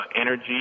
energy